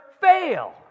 fail